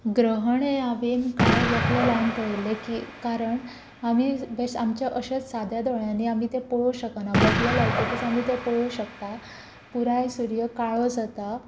ग्रहण हें हांवें काळें वक्ल लावन पळयल्लें की कारण आमी आमच्या अश्याच साद्या दोळ्यांनी आमी तें पळोवं शकना वक्ल लायतकच आमी तें पळोवं शकता पुराय सूर्य काळो जाता